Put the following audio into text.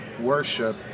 worship